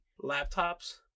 laptops